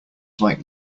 like